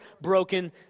broken